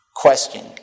Question